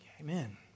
Amen